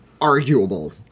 arguable